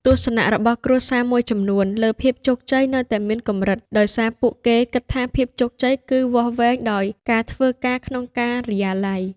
ទស្សនៈរបស់គ្រួសារមួយចំនួនលើភាពជោគជ័យនៅតែមានកម្រិត ដោយសារពួកគេគិតថាភាពជោគជ័យគឺវាស់វែងដោយការធ្វើការក្នុងការិយាល័យ។